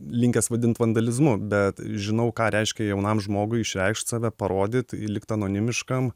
linkęs vadint vandalizmu bet žinau ką reiškia jaunam žmogui išreikšt save parodyt likt anonimiškam